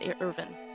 Irvin